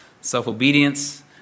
Self-obedience